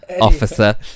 officer